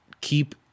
keep